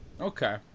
okay